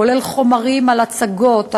כולל חומרים על הצגות,